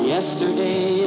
Yesterday